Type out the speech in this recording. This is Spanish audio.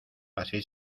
así